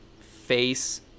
face